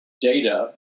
data